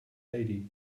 lady